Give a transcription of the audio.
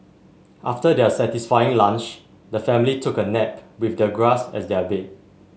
after their satisfying lunch the family took a nap with the grass as their bed